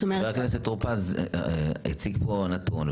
חבר הכנסת טור פז הציג פה נתון,